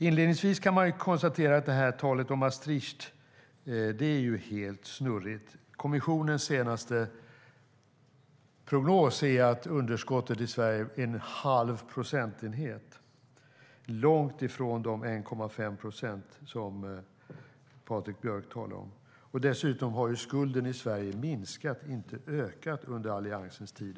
Inledningsvis kan man konstatera att talet om Maastricht är helt snurrigt. Kommissionens senaste prognos är att underskottet i Sverige är en halv procentenhet, alltså långt ifrån de 1,5 procent Patrik Björck talar om. Dessutom har skulden i Sverige minskat, inte ökat, under Alliansens tid.